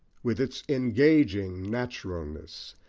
with its engaging naturalness,